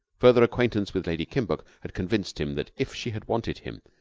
further acquaintance with lady kimbuck had convinced him that if she had wanted him,